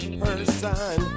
person